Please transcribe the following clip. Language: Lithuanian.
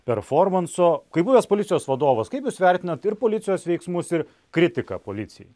performanso kai buvęs policijos vadovas kaip jūs vertinat ir policijos veiksmus ir kritiką policijai